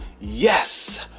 Yes